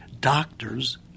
doctors